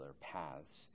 paths